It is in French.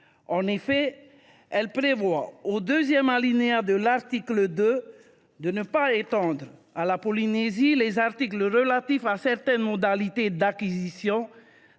En effet, le deuxième alinéa de son article 2 prévoit de ne pas étendre à la Polynésie les articles relatifs à certaines modalités d’acquisition